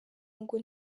ngo